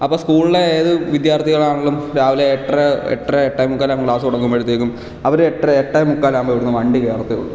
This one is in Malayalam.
അപ്പോൾ സ്കൂളിലെ ഏത് വിദ്യാർത്ഥികളാണെങ്കിലും രാവിലെ എട്ടര എട്ടര എട്ടേ മുക്കാലാകുമ്പോൾ ക്ലാസ് തുടങ്ങുമ്പോഴത്തേക്കും അവർ എട്ടര എട്ടേ മുക്കാലാകുമ്പോൾ ഇവിടുന്ന് വണ്ടി കയറത്തേ ഉള്ളൂ